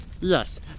yes